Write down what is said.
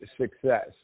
success